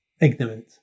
Ignorant